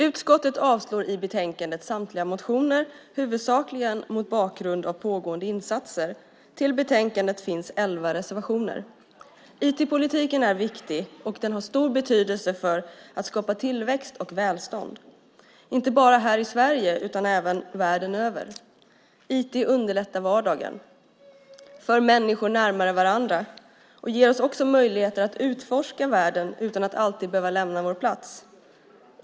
Utskottet avslår i betänkandet samtliga motioner, huvudsakligen mot bakgrund av pågående insatser. Till betänkandet finns 11 reservationer. IT-politiken är viktig och har stor betydelse för att skapa tillväxt och välstånd, inte bara här i Sverige utan även världen över. IT underlättar vardagen, för människor närmare varandra och ger oss också möjligheter att utforska världen utan att alltid behöva lämna vår plats.